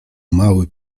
mały